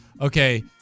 okay